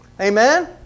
Amen